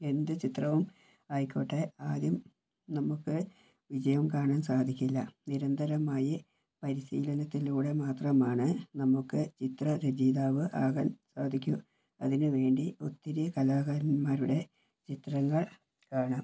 എന്ത് ചിത്രവും ആയിക്കോട്ടെ ആദ്യം നമുക്ക് വിജയം കാണാൻ സാധിക്കില്ല നിരന്തരമായി പരിശീലനത്തിലൂടെ മാത്രമാണ് നമുക്ക് ചിത്രരചയിതാവ് ആകാൻ സാധിക്കൂ അതിനുവേണ്ടി ഒത്തിരി കലാകാരന്മാരുടെ ചിത്രങ്ങൾ കാണാം